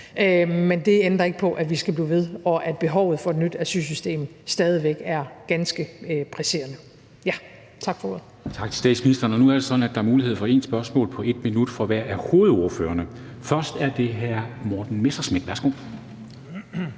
men det ændrer ikke på, at vi skal blive ved, og at behovet for et nyt asylsystem stadig væk er ganske presserende. Tak for ordet. Kl. 10:52 Formanden (Henrik Dam Kristensen): Tak til statsministeren. Nu er det sådan, at der er mulighed for et spørgsmål på 1 minut for hver af hovedordførerne. Først er det hr. Morten Messerschmidt. Værsgo.